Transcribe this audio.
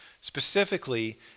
specifically